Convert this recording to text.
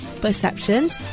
perceptions